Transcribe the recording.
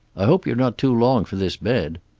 i hope you're not too long for this bed.